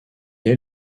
est